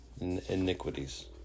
iniquities